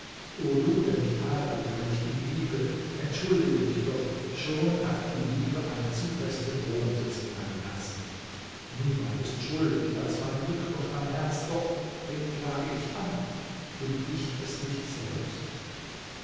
o du der mich tadelt weil ich ihn liebe entschuldige mich doch schon hat die liebe einen zu festen wohnsitz in meinem herzen niemand ist schuldig als mein blick und mein herz doch wen klage ich an bin ich es nicht selbst